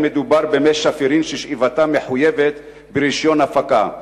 מדובר במים שפירים ששאיבתם מחויבת ברשיון הפקה,